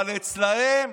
אבל אצלם,